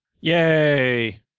Yay